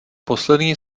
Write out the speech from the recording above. poslední